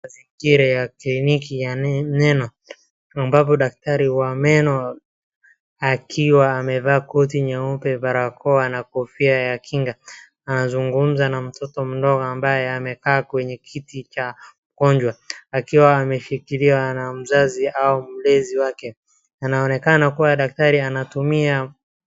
Mazingira ya kliniki ya meno ambapo daktari wa meno akiwa amevaa koti nyeupe, barakoa, na kofia ya kinga. Anazungumza na mtoto mdogo ambaye amekaa kwenye kiti cha mgonjwa akiwa ameshikiliwa na mzazi au mlezi wake. Anaonekana kuwa daktari anatumia.